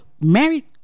married